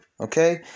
okay